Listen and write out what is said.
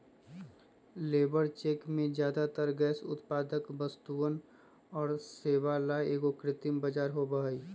labour check में ज्यादातर गैर उत्पादक वस्तुअन और सेवा ला एगो कृत्रिम बाजार होबा हई